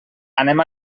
anem